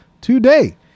today